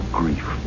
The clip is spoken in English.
grief